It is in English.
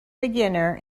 beginner